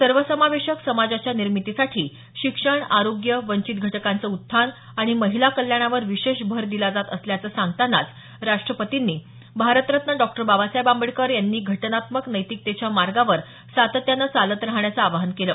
सर्वसमावेशक समाजाच्या निर्मितीसाठी शिक्षण आरोग्य वंचित घटकांचं उत्थान आणि महिला कल्याणावर विशेष भर दिला जात असल्याचं सांगतानाच राष्ट्रपतींनी भारतरत्न डॉ बाबासाहेब आंबेडकर यांनी सांगितलेल्या घटनात्मक नैतिकतेच्या मार्गावर सातत्यानं चालत राहण्याचं आवाहन केलं